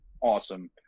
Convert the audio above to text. awesome